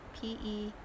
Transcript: P-E